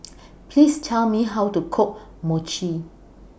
Please Tell Me How to Cook Mochi